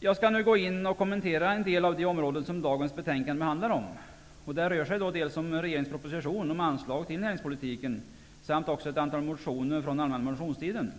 Jag skall nu kommentera en del av de områden som dagens betänkande handlar om. Det rör sig dels om regeringens proposition om anslag till näringspolitiken, dels om ett antal motioner från den allmänna motionstiden.